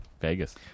Vegas